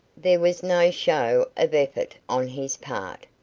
there was no show effort on his part,